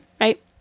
right